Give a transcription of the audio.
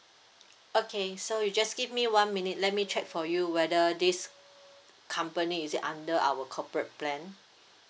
okay so you just give me one minute let me check for you whether this company is it under our corporate plan